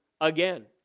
Again